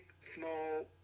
small